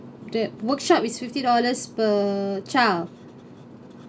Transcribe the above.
the workshop is fifty dollars per child